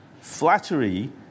Flattery